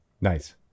Nice